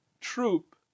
troop